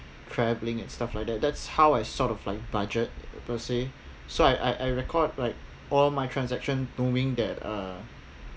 travelling and stuff like that that's how I sort of like budget per se so I I record like all my transaction knowing that uh